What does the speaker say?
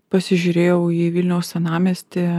pasižiūrėjau į vilniaus senamiestį